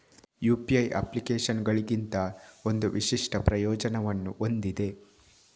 UPI ಅಪ್ಲಿಕೇಶನುಗಳಿಗಿಂತ ಒಂದು ವಿಶಿಷ್ಟ ಪ್ರಯೋಜನವನ್ನು ಹೊಂದಿದೆ